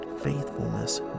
faithfulness